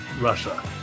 Russia